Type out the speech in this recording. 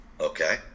okay